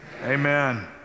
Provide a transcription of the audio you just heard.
Amen